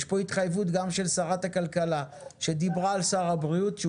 יש פה התחייבות גם של שרת הכלכלה שדיברה על שר הבריאות שהוא